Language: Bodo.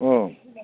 अह